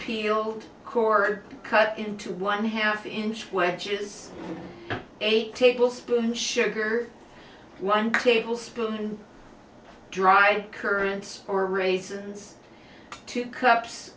peeled core cut into one half inch wedges a tablespoon sugar one tablespoon dry currents or raisins two cups